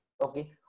okay